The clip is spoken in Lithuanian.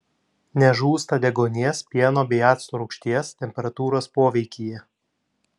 nežūsta deguonies pieno bei acto rūgšties temperatūros poveikyje